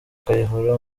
kayihura